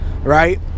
right